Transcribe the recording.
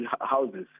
houses